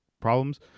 problems